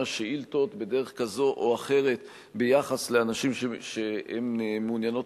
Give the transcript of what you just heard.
שאילתות בדרך כזאת או אחרת ביחס לאנשים שהן מעוניינות